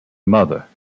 mother